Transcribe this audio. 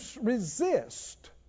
resist